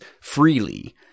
freely